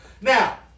Now